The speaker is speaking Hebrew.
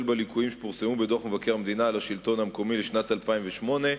בליקויים שפורסמו בדוח מבקר המדינה על השלטון המקומי לשנת 2008,